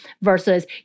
versus